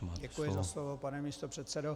Děkuji za slovo, pane místopředsedo.